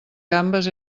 gambes